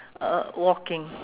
uh walking